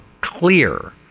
clear